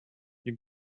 you